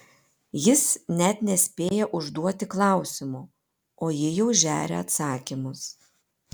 jis net nespėja užduoti klausimo o ji jau žeria atsakymus